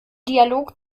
dialog